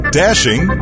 dashing